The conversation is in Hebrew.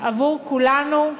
עבור כולנו,